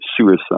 suicide